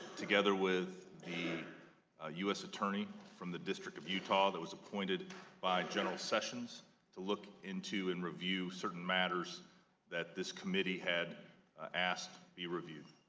together with the us attorney from the district of utah who was appointed by general sessions to look into and review certain matters that this committee had asked be reviewed.